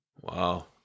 Wow